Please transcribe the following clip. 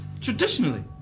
Traditionally